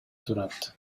турат